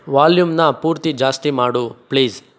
ವಾಲ್ಯೂಮ್ನ ಪೂರ್ತಿ ಜಾಸ್ತಿ ಮಾಡು ಪ್ಲೀಝ್